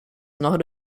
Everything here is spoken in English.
not